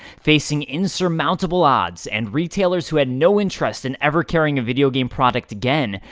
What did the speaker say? facing insurmountable odds, and retailers who had no interest in ever carrying a video game product again,